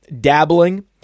dabbling